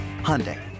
Hyundai